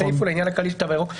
הסעיף הוא לעניין הכללי של התו הירוק,